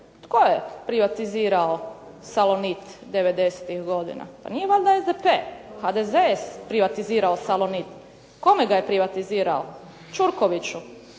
tko je privatizirao "Salonit" '90.-tih godina. Pa nije valjda SDP? HDZ je privatizirao "Salonit". Kome ga je privatizirao? Ćurkoviću.